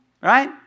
Right